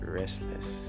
restless